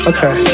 Okay